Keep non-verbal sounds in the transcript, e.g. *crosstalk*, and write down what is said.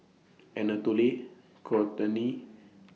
Anatole *noise* Kortney